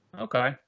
Okay